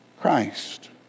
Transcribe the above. Christ